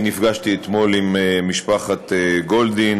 נפגשתי אתמול עם משפחת גולדין